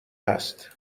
هست